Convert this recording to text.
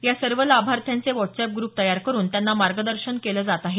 या सग्व लाभार्थ्यांचे व्हॉटसअॅप ग्रुप तयार करून त्यांना मार्गदर्शन केलं जात आहे